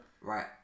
Right